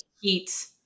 heat